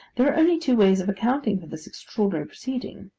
there are only two ways of accounting for this extraordinary proceeding.